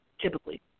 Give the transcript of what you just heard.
typically